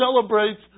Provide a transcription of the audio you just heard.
celebrates